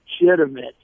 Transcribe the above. legitimate